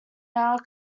now